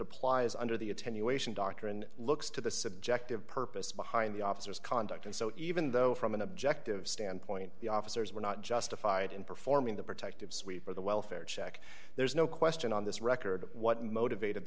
applies under the attenuation doctrine looks to the subjective purpose behind the officer's conduct and so even though from an objective standpoint the officers were not justified in performing the protective sweep or the welfare check there's no question on this record what motivated